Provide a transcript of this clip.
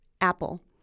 apple